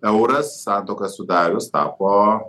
euras santuoką sudarius tapo